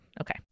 Okay